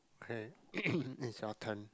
okay it's your turn